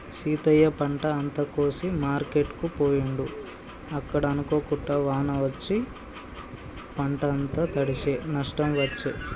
సీతయ్య పంట అంత కోసి మార్కెట్ కు పోయిండు అక్కడ అనుకోకుండా వాన వచ్చి పంట అంత తడిశె నష్టం వచ్చే